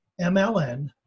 MLN